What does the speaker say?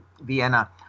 Vienna